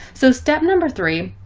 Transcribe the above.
so step number three.